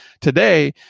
Today